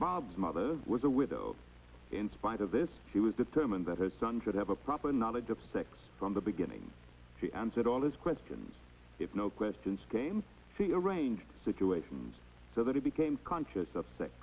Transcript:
bob's mother was a widow in spite of this she was determined that her son should have a proper knowledge of sex from the beginning she answered all his questions if no questions came to arrange situations so that he became conscious